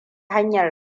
hanyar